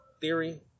theory